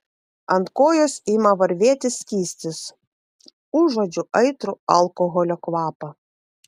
ant kojos ima varvėti skystis užuodžiu aitrų alkoholio kvapą